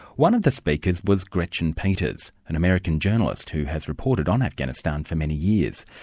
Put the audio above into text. one of the speakers was gretchen peters, an american journalist who has reported on afghanistan for many years.